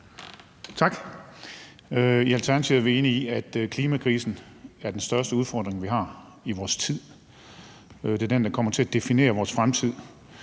Tak. I Alternativet er vi enige i, at klimakrisen er den største udfordring, vi har i vores tid. Det er den, der kommer til at definere vores fremtid,